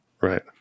Right